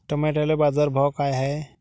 टमाट्याले बाजारभाव काय हाय?